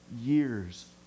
years